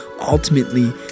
ultimately